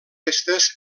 restes